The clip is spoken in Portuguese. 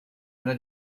era